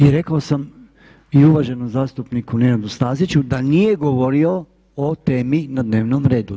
I rekao sam i uvaženom zastupniku Nenadu Staziću da nije govorio o temi na dnevnom redu.